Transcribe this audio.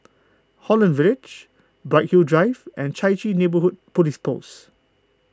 Holland Village Bright Hill Drive and Chai Chee Neighbourhood Police Post